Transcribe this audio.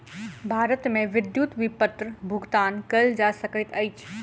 भारत मे विद्युत विपत्र भुगतान कयल जा सकैत अछि